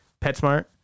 PetSmart